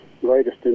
greatest